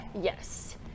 Yes